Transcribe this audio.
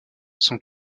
son